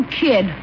kid